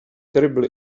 terribly